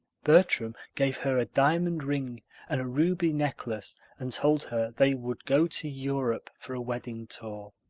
bertram gave her a diamond ring and a ruby necklace and told her they would go to europe for a wedding tour,